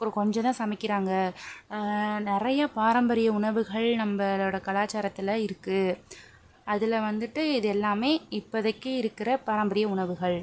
ஒரு கொஞ்சம் தான் சமைக்கிறாங்க நிறைய பாரம்பரிய உணவுகள் நம்பளோடய கலாச்சாரத்தில் இருக்குது அதுல வந்துட்டு இது எல்லாமே இப்போதைக்கி இருக்கிற பாரம்பரிய உணவுகள்